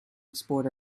export